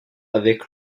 avec